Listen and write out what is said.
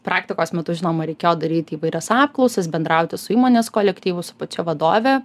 praktikos metu žinoma reikėjo daryti įvairias apklausas bendrauti su įmonės kolektyvu su pačia vadove